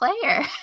player